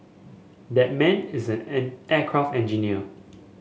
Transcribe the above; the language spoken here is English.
that man is an an aircraft engineer